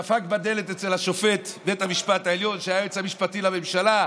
דפק בדלת אצל השופט בבית המשפט העליון שהיה היועץ המשפטי לממשלה,